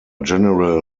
general